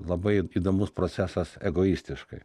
labai įdomus procesas egoistiškai